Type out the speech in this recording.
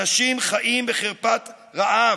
אנשים חיים בחרפת רעב.